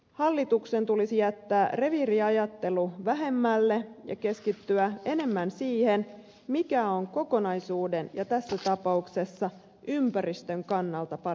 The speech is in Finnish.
hallituksen tulisi jättää reviiriajattelu vähemmälle ja keskittyä enemmän siihen mikä on kokonaisuuden ja tässä tapauksessa ympäristön kannalta parasta